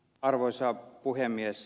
arvoisa puhemies